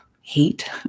hate